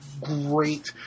great